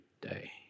day